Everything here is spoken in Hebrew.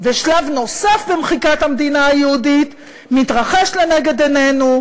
ושלב נוסף במחיקת המדינה היהודית מתרחש לנגד עינינו,